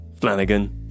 Flanagan